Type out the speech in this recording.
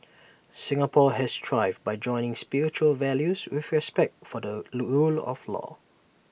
Singapore has thrived by joining spiritual values with respect for the rule of law